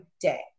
day